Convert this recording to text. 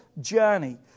Journey